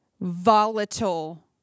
volatile